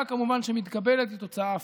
וכמובן התוצאה שמתקבלת היא תוצאה הפוכה.